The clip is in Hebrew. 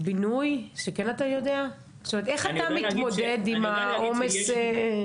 איך תמשיכו עם הסיפור הזה עכשיו?